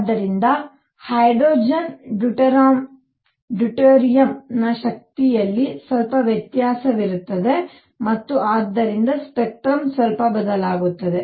ಆದ್ದರಿಂದ hydrogen deuterium ನ ಶಕ್ತಿಯಲ್ಲಿ ಸ್ವಲ್ಪ ವ್ಯತ್ಯಾಸವಿರುತ್ತದೆ ಮತ್ತು ಆದ್ದರಿಂದ ಸ್ಪೆಕ್ಟ್ರಮ್ ಸ್ವಲ್ಪ ಬದಲಾಗುತ್ತದೆ